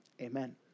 Amen